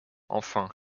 enfin